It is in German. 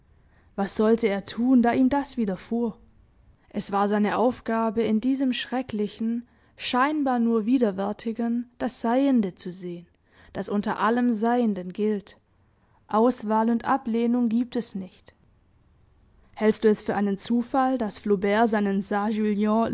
was sollte er tun da ihm das widerfuhr es war seine aufgabe in diesem schrecklichen scheinbar nur widerwärtigen das seiende zu sehen das unter allem seienden gilt auswahl und ablehnung giebt es nicht hältst du es für einen zufall daß flaubert seinen